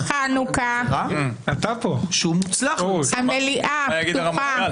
בחנוכה, המליאה פתוחה.